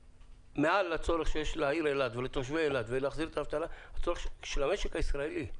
מעל הצורך של העיר אילת יש את הצורך של המשק הישראלי.